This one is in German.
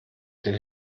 den